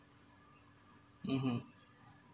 (uh huh)